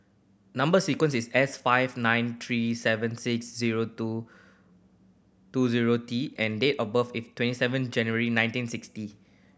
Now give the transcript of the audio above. number sequence is S five nine three seven six zero two two zero T and date of birth is twenty seven January nineteen sixty